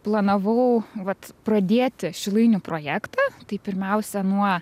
planavau vat pradėti šilainių projektą tai pirmiausia nuo